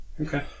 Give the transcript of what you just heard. Okay